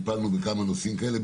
טיפלנו בכמה נושאים כאלה,